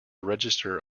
register